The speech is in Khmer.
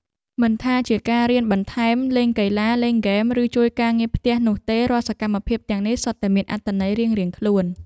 មិនថាជាការរៀនបន្ថែមលេងកីឡាលេងហ្គេមឬជួយការងារផ្ទះនោះទេរាល់សកម្មភាពទាំងនេះសុទ្ធតែមានអត្ថន័យរៀងៗខ្លួន។